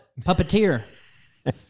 Puppeteer